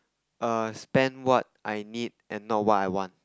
err spend what I need and not what I want